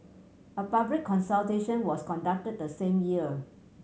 a public consultation was conducted the same year